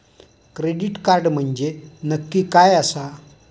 Credit card म्हंजे नक्की काय आसा?